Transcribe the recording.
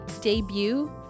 debut